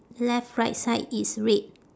left right side it's red